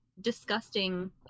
disgusting